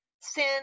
sin